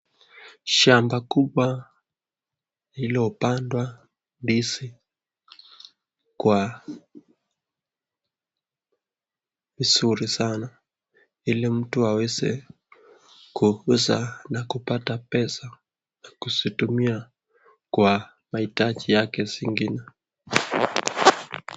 Shamba kubwa iliyopandwa ndizi Kwa vizuri sana hili mtu aweze kuuza na kupata pesa za kuzitimia kwa mahitaji yake zingine.